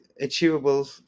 achievable